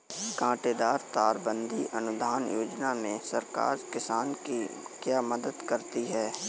कांटेदार तार बंदी अनुदान योजना में सरकार किसान की क्या मदद करती है?